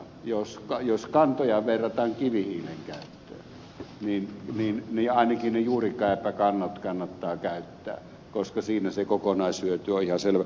jos kantoja verrataan kivihiilen käyttöön ainakin ne juuristot ja kannot kannattaa käyttää koska siinä se kokonaishyöty on ihan selvä